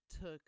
took